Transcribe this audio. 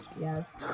yes